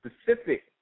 specific